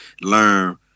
learn